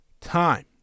time